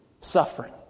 suffering